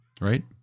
right